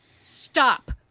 Stop